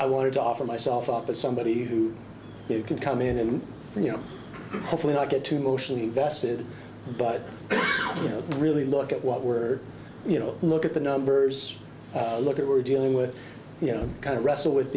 i wanted to offer myself up to somebody who can come in and you know hopefully not get too emotional invested but you know really look at what we're you know look at the numbers look at we're dealing with you know kind of wrestle